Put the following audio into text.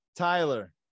Tyler